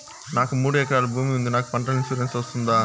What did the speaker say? నాకు మూడు ఎకరాలు భూమి ఉంది నాకు పంటల ఇన్సూరెన్సు వస్తుందా?